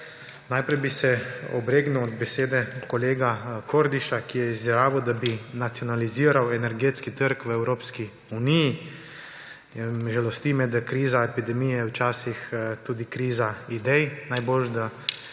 Najprej bi se obregnil ob besede kolega Kordiša, ki je izjavil, da bi nacionaliziral energetski trg v Evropski uniji. Žalosti me, da je kriza epidemije včasih tudi kriza idej. Najboljše, da